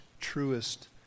truest